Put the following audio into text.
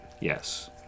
Yes